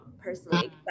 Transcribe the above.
personally